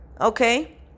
Okay